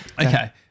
Okay